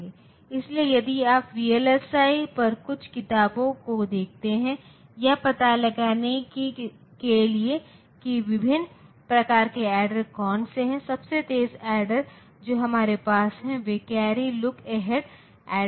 इसलिए यदि आप वीएलएसआई पर कुछ किताबों को देखते हैं यह पता लगाने के लिए कि विभिन्न प्रकार के ऐडर कौन से हैं सबसे तेज़ ऐडर जो हमारे पास हैं वे कैर्री लुक अहेड ऐडर हैं